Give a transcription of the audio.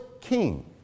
king